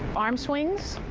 arm swings,